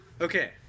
Okay